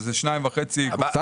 זה 2.5 קופסאות.